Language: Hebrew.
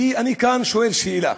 ואני כאן שואל שאלה.